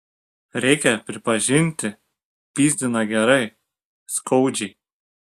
reikia pripažinti pyzdina gerai skaudžiai